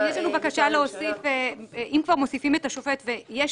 אנחנו מבקשים שאם כבר מוסיפים את השופט ויש